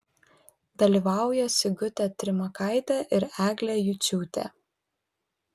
dalyvauja sigutė trimakaitė ir eglė juciūtė